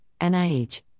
NIH